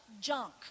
junk